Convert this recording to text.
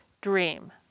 dream